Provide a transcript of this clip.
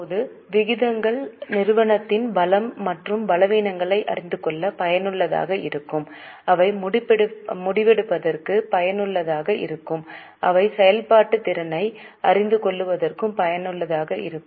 இப்போது விகிதங்கள் நிறுவனத்தின் பலம் மற்றும் பலவீனங்களை அறிந்து கொள்ள பயனுள்ளதாக இருக்கும் அவை முடிவெடுப்பதற்கு பயனுள்ளதாக இருக்கும் அவை செயல்திறனை அறிந்து கொள்வதற்கும் பயனுள்ளதாக இருக்கும்